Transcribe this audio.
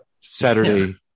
Saturday